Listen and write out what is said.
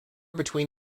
between